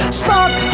spot